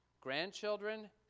Grandchildren